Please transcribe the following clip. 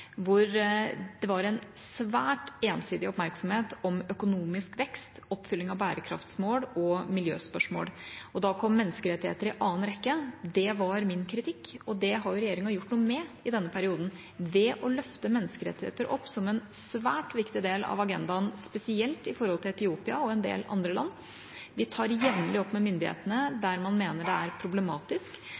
hvor det var en svært ensidig oppmerksomhet om økonomisk vekst, oppfylling av bærekraftsmål og miljøspørsmål. Da kom menneskerettigheter i andre rekke. Det var min kritikk, og det har regjeringa gjort noe med i denne perioden ved å løfte menneskerettigheter opp som en svært viktig del av agendaen, spesielt når det gjelder Etiopia og en del andre land. Vi tar det jevnlig opp med myndighetene der man mener det er problematisk.